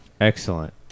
Excellent